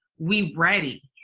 we ready,